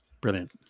brilliant